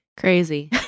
Crazy